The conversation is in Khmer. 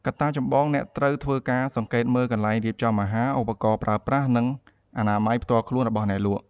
កត្តាចម្បងអ្នកត្រូវធ្វើការសង្កេតមើលកន្លែងរៀបចំអាហារ ឧបករណ៍ប្រើប្រាស់ និងអនាម័យផ្ទាល់ខ្លួនរបស់អ្នកលក់។